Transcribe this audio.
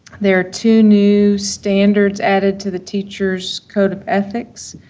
there are two new standards added to the teachers' code of ethics,